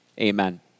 Amen